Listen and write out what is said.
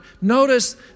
notice